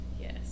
Yes